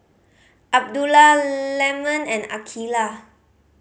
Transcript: Abdullah Leman and Aqeelah